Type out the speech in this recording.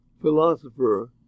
philosopher